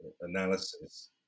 analysis